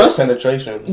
penetration